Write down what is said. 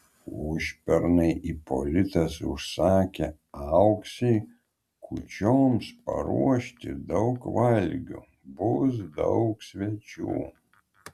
užpernai ipolitas užsakė auksei kūčioms paruošti daug valgių bus daug svečių